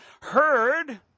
heard